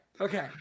Okay